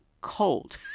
Cold